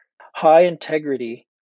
high-integrity